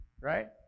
right